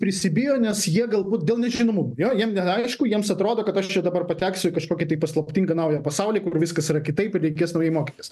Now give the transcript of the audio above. prisibijo nes jie galbūt dėl nežinomumo jo jiem neaišku jiems atrodo kad aš čia dabar pateksiu į kažkokį paslaptingą naują pasaulį kur viskas yra kitaipir reikės mokytis